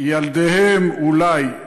ילדיהם, אולי.